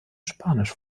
spanisch